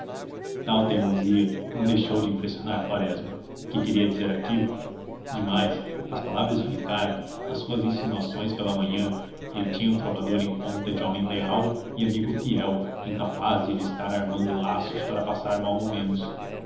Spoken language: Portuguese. tal teimosia não deixou de impressionar quaresma que queria dizer aquilo demais as palavras de ricardo as suas insinuações pela manhã ele tinha o trovador em conta de homem leal e amigo fiel incapaz de lhe estar armando laços para passar maus momentos